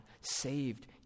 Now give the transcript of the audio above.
saved